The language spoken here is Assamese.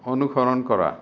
অনুসৰণ কৰা